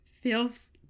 feels